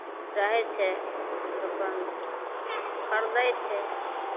रहै छै अपन खरीदै छै